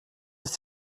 ist